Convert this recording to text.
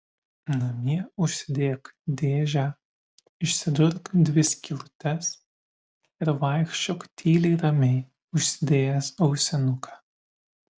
namie užsidėk dėžę išsidurk dvi skylutes ir vaikščiok tyliai ramiai užsidėjęs ausinuką